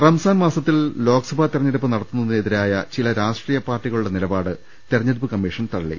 റംസാൻ മാസത്തിൽ ലോക്സഭാ തെരഞ്ഞെടുപ്പ് നടത്തുന്നതി നെതിരായ ചില രാഷ്ട്രീയ പാർട്ടികളുടെ നിലപാട് തെരഞ്ഞെടുപ്പ് കമ്മീഷൻ തള്ളി